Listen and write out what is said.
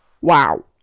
wow